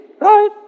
right